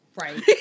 Right